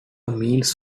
means